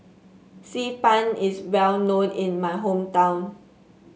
Xi Ban is well known in my hometown